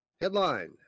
headline